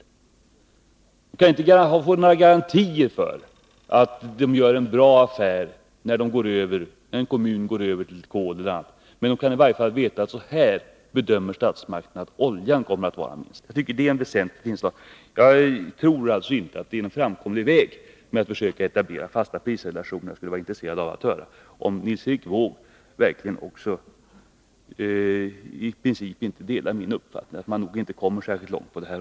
Företag och kommuner kan inte få några garantier för att de gör en bra affär när de går över från olja till kol eller annat energislag, men de vet i varje fall regeringens avsikter vad gäller oljepriset. Jag tror att det är väsentligt för dem. Men jag anser inte att det är en framkomlig väg att försöka etablera fasta prisrelationer mellan flera olika energislag. Jag tror att Nils Erik Wååg i princip delar min uppfattning att man nog inte kan komma särskilt långt på den vägen.